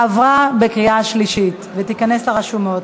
עברה בקריאה שלישית ותיכנס לרשומות.